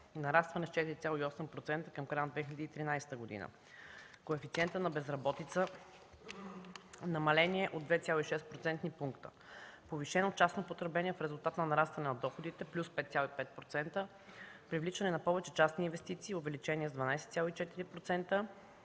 нарастване с 4,8% към края на 2013 г., коефициента на безработица – намаление от 2,6 процентни пункта; повишено частно потребление в резултат на нарастване на доходите – плюс 5,5%; привличане на повече частни инвестиции – увеличение с 12,4%.